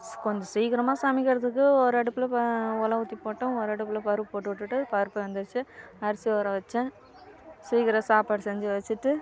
ஸ் கொஞ்சம் சீக்கிரமாக சமைக்கிறதுக்கு ஒரு அடுப்பில் பா ஒலை ஊற்றி போட்டோம் ஒரு அடுப்பில் பருப்பு போட்டு விட்டுட்டு பருப்பு வெந்துருச்சு அரிசி ஊற வச்சேன் சீக்கிரம் சாப்பாடு செஞ்சு வச்சிட்டு